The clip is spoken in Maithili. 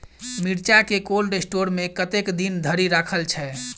मिर्चा केँ कोल्ड स्टोर मे कतेक दिन धरि राखल छैय?